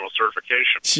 certification